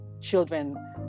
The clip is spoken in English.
children